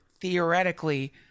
theoretically